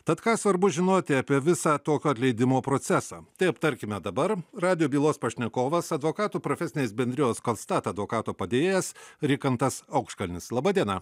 tad ką svarbu žinoti apie visą tokio atleidimo procesą tai aptarkime dabar radijo bylos pašnekovas advokatų profesinės bendrijos konstat advokato padėjėjas rikantas auškalnis laba diena